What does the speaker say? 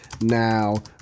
now